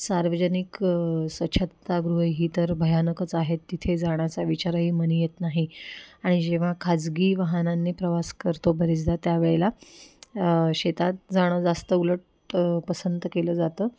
सार्वजनिक स्वच्छतागृह ही तर भयानकच आहेत तिथे जाण्याचा विचारही मनी येत नाही आणि जेव्हा खाजगी वाहनांनी प्रवास करतो बरेचदा त्यावेळेला शेतात जाणं जास्त उलट पसंत केलं जातं